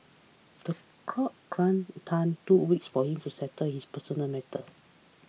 the crowd granted Tan two weeks for him to settle his personal matters